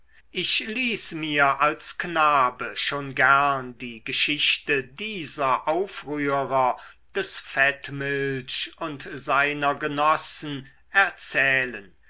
ich ließ mir als knabe schon gern die geschichte dieser aufrührer des fettmilch und seiner genossen erzählen